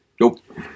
Nope